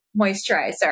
moisturizer